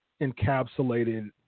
encapsulated